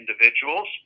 individuals